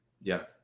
Yes